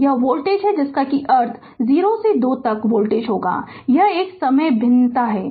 तो यह वोल्टेज है जिसका अर्थ है 0 से 2 तक वोल्टेज यह एक समय भिन्न होता है